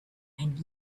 and